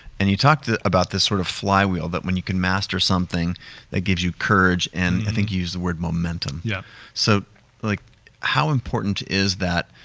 and you talked about this sort of flywheel, that when you can master something that gives you courage, and i think use the word momentum. yeah so like how important is that?